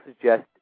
suggest